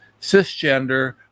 cisgender